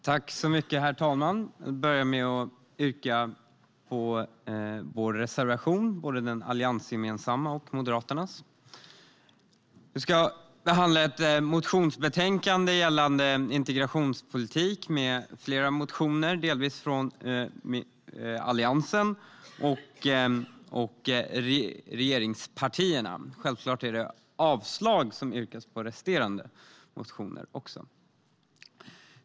Herr talman! Jag vill börja med att yrka bifall till våra reservationer 1 och 6, alltså både den alliansgemensamma och Moderaternas. Vi ska behandla ett motionsbetänkande gällande integrationspolitik med flera motioner, både från Alliansen och regeringspartierna. Självklart är det avslag som yrkas på resterande motioner.